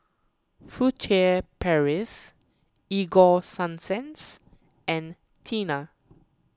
Furtere Paris Ego Sunsense and Tena